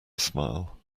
smile